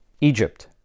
Egypt